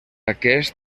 aquest